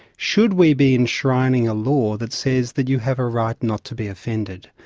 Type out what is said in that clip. should we be enshrining a law that says that you have a right not to be offended?